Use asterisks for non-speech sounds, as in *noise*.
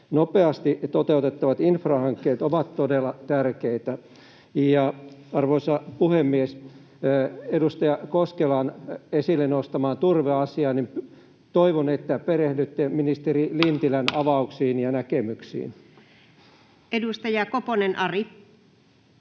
Nopeasti toteutettavat infrahankkeet ovat todella tärkeitä. Arvoisa puhemies! Edustaja Koskelan esille nostamaan turveasiaan: toivon, että perehdytte ministeri Lintilän *noise* avauksiin ja näkemyksiin. Edustaja Koponen, Ari.